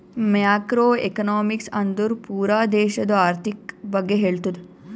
macro economics ಅಂದುರ್ ಪೂರಾ ದೇಶದು ಆರ್ಥಿಕ್ ಬಗ್ಗೆ ಹೇಳ್ತುದ